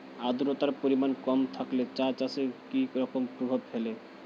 আদ্রতার পরিমাণ কম থাকলে চা চাষে কি রকম প্রভাব ফেলে?